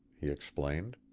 he explained.